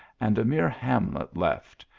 and a mere hamlat left,